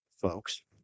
folks